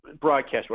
broadcast